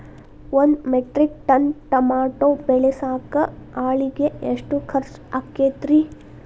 ಒಂದು metric ton tomato ಬೆಳಸಾಕ್ ಆಳಿಗೆ ಎಷ್ಟು ಖರ್ಚ್ ಆಕ್ಕೇತ್ರಿ?